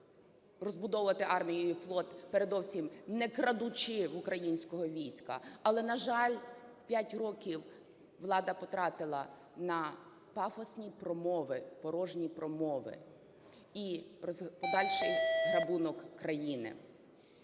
розбудовувати армію і флот, передовсім не крадучи в українського війська. Але, на жаль, п'ять років влада потратила на пафосні промови, порожні промови і подальший грабунок країни.